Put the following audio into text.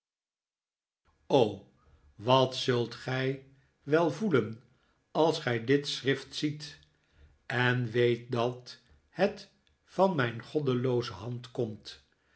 wat zult gij wel voelen als gij dit schrift ziet en weet dat het van mijn goddelooze hand komt